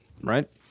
Right